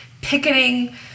picketing